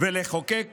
ולחוקק